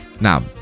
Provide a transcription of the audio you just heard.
Now